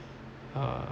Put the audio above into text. uh